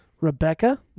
Rebecca